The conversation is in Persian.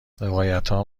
روایتها